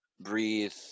breathe